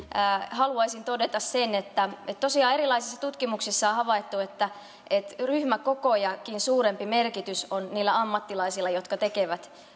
haluaisin todeta sen että tosiaan erilaisissa tutkimuksissa on havaittu että että ryhmäkokojakin suurempi merkitys on niillä ammattilaisilla jotka tekevät